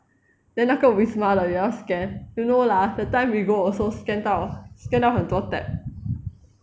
then 那个 wisma 的也要 scan you know lah that time we go also scan 到 scan 到很多 tab